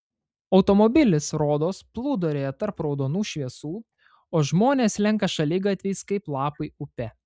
automobilis rodos plūduriuoja tarp raudonų šviesų o žmonės slenka šaligatviais kaip lapai upe